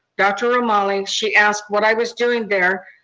dr. romali, she asked what i was doing there,